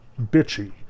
bitchy